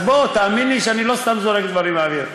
אז בוא, תאמין לי שאני לא סתם זורק דברים באוויר.